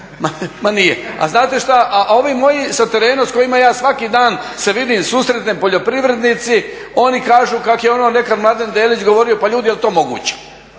ma nije. A znate što, ovi moji sa terena s kojima ja svaki dan se vidim, susretnem, poljoprivrednici, oni kažu kako je ono nekad Mladen Delić govorio, pa ljudi je li to moguće?